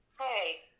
Hey